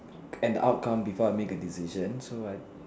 and the outcome before I make a decision so I